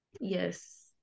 Yes